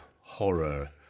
horror